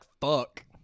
fuck